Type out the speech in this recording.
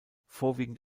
vorwiegend